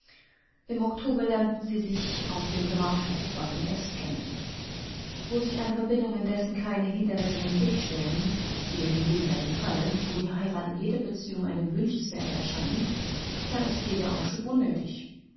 im oktober lernten sie sich auf dem grafschaftsball in s kennen wo sich einer verbindung indessen keine hindernisse in den weg stellen wie in dem gegenwärtigen falle wo die heirat in jeder beziehung eine wünschenswerte erscheint da ist jeder aufschub unnötig